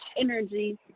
energy